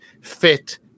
fit